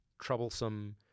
troublesome